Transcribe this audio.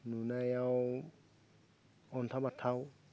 नुनायाव अनथाव बाथाव